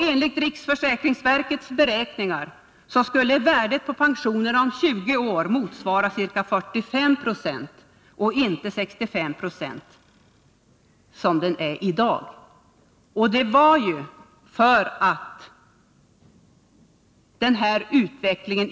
Enligt riksförsäkringsverkets beräkningar skulle värdet på pensionen om 20 år motsvara ca 45 90 och inte som i dag 65 96 av inkomsten.